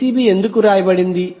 Vcbఎందుకు వ్రాయబడింది